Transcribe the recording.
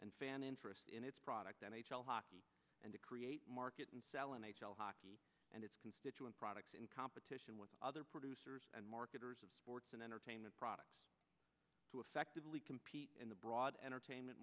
and fan interest in its product n h l hockey and to create market and sell n h l hockey and its constituent products in competition with other producers and marketers of sports and entertainment products to effectively compete in the broad entertainment